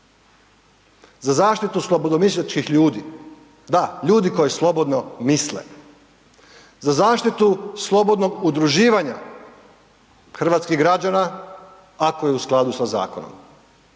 Za zaštitu slobodnomislećih ljudi. Da, ljudi koji slobodno misle. Za zaštitu slobodnog udruživanja hrvatskih građana, ako je u skladu sa zakonom.